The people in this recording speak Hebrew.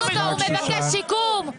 הוא מבקש שיקום.